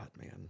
man